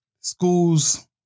schools